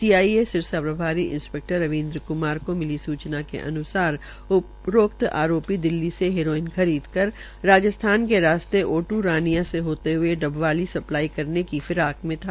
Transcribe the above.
CIA Sirsa प्रभारी inspector Ravi Kumar को मिली सूचा के अनुसार उपरोक्त आरोपी दिल्ली से हेरोइन खरीद कर राजस्थान के रास्ते ओटू रानिया से होते हुए डबवाली सप्लाई करने की फिराक में था